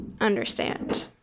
understand